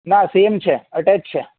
ના સેમ છે અટેચ છે